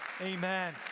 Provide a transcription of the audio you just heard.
Amen